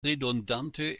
redundante